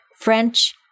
French